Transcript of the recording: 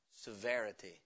severity